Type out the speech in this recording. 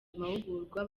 amahugurwa